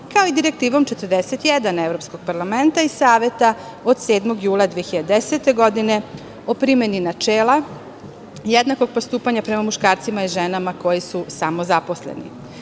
kao i Direktivom 41 Evropskog parlamenta i Saveta od 7. jula 2010. godine o primeni načela jednakog postupanja prema muškarcima i ženama koji su samozaposleni,